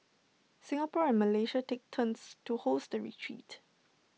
Singapore and Malaysia take turns to host the retreat